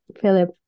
Philip